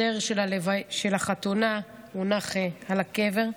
הזר של החתונה הונח על הקבר.